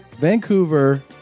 vancouver